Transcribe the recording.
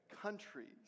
countries